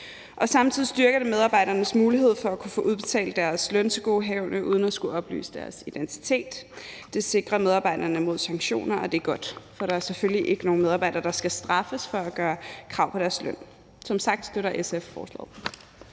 Og samtidig styrker det medarbejdernes mulighed for at kunne få udbetalt deres løntilgodehavende uden at skulle oplyse deres identitet. Det sikrer medarbejderne mod sanktioner, og det er godt, for der er selvfølgelig ikke nogen medarbejdere, der skal straffes for at gøre krav på deres løn. Som sagt støtter SF forslaget.